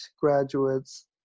graduates